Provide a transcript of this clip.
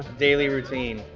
daily routine.